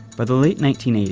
by the late nineteen eighty